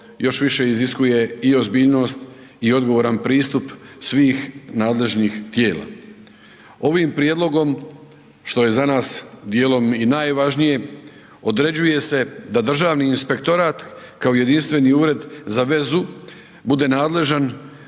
još više iziskuje i ozbiljnost i odgovoran pristup svih nadležnih tijela. Ovim prijedlogom, što je za nas dijelom i najvažnije, određuje se da Državni inspektorat, kao jedinstveni ured za vezu, bude nadležan